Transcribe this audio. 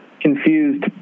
confused